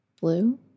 blue